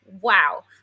wow